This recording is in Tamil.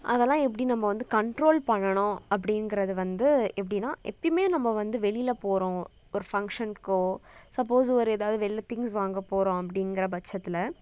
அதெலாம் எப்படி நம்ம வந்து கண்ட்ரோல் பண்ணணும் அப்டிங்கிறது வந்து எப்படினா எப்போமே நம்ம வந்து வெளியில் போகி றோம் ஒரு ஃபங்ஷனுக்கோ சப்போஸ் ஒரு எதாவது வெளியில் திங்ஸ் வாங்க போகிறோம் அப்டிங்கிற பட்சத்தில்